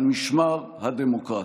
על משמר הדמוקרטיה.